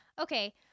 okay